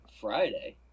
Friday